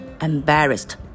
embarrassed